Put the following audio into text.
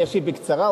אני אשיב בקצרה,